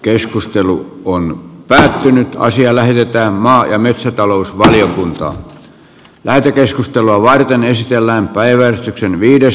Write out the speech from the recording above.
keskustelu on lähtenyt naisille lähdetään että tämä ruoka apu pitäisi saada jatkumaan joustavasti eteenpäin